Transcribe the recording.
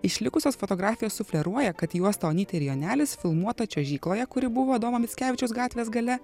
išlikusios fotografijos sufleruoja kad juosta onytė ir jonelis filmuota čiuožykloje kuri buvo adomo mickevičiaus gatvės gale